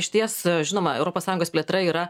išties žinoma europos sąjungos plėtra yra